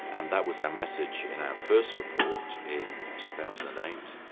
and that was our message in our first report in two thousand and eight,